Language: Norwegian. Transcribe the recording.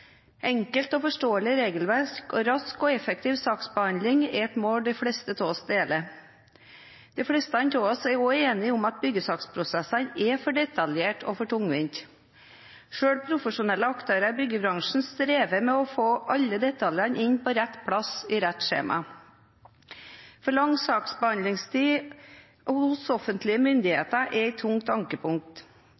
Enkelt og forståelig regelverk og rask og effektiv saksbehandling er et mål de fleste av oss deler. De fleste av oss er også enige om at byggesaksprosessene er for detaljerte og for tungvinte. Selv profesjonelle aktører i byggebransjen strever med å få alle detaljene inn på rett plass i rett skjema. For lang saksbehandlingstid hos offentlige